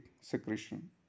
secretion